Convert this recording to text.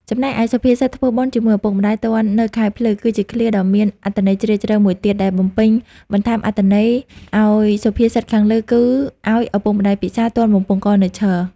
ចំណែកឯ សុភាសិត ធ្វើបុណ្យជាមួយឪពុកម្តាយទាន់នៅខែភ្លឺ គឺជាឃ្លាដ៏មានអត្ថន័យជ្រាលជ្រៅមួយទៀត ដែលបំពេញបន្ថែមអត្ថន័យអោយសុភាសិតខាងលើគឺ ឲ្យឪពុកម្តាយពិសារ ទាន់បំពង់ករនៅឈរ។